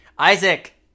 Isaac